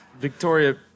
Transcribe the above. Victoria